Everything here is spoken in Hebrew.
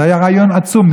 זה היה רעיון עצום.